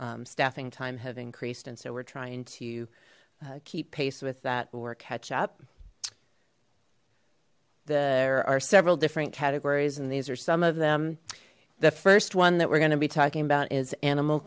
licenses staffing time have increased and so we're trying to keep pace with that or catch up there are several different categories and these are some of them the first one that we're going to be talking about is animal